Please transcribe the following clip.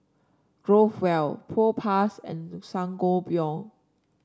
Growell Propass and Sangobion